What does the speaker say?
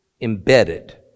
embedded